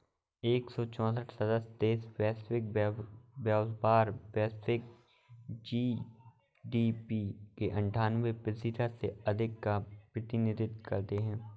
एक सौ चौसठ सदस्य देश वैश्विक व्यापार, वैश्विक जी.डी.पी के अन्ठान्वे प्रतिशत से अधिक का प्रतिनिधित्व करते हैं